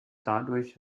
dadurch